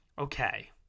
okay